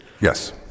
Yes